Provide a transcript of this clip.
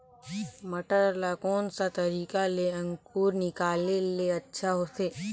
मटर ला कोन सा तरीका ले अंकुर निकाले ले अच्छा होथे?